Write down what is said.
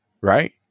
right